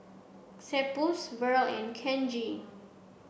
Cephus Verl and Kenji